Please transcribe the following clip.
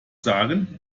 sagen